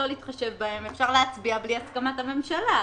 אפשר להצביע בלי הסכמת הממשלה.